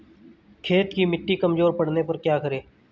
खेत की मिटी कमजोर पड़ने पर क्या करें?